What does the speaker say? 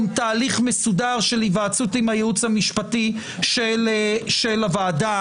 תהליך מסודר של היוועצות עם הייעוץ המשפטי של הוועדה.